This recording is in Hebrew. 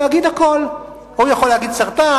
להגיד הכול: הוא יכול להגיד סרטן,